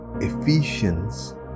Ephesians